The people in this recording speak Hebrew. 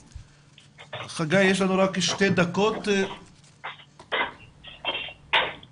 חגי, יש לנו עוד שתי דקות לסיום הדיון.